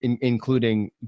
Including